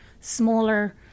smaller